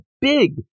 big